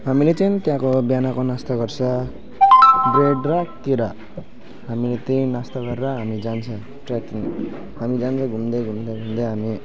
हामीले चाहिँ त्यहाँको बिहानको नास्ता गर्छ ब्रेड र केरा हामीले त्यही नास्ता गरेर हामी जान्छौँ ट्रेकिङ हामी जान्छौँ घुम्दै घुम्दै घुम्दै हामी